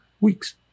weeks